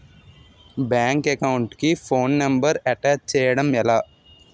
Bank account కి phone number attach చేయడం ఎలా?